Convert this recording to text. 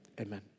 amen